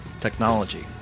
technology